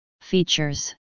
Features